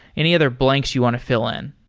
any other blanks you want to fill in?